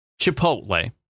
Chipotle